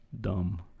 dumb